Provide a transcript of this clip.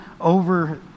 over